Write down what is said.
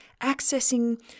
accessing